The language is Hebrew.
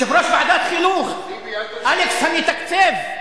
אלכס המתקצב,